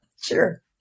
Sure